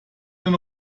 den